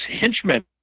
henchmen